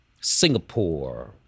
Singapore